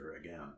again